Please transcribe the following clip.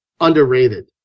underrated